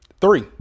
Three